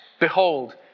Behold